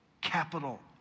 Capital